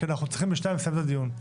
כי אנחנו צריכים ב-14:00 לסיים את הדיון.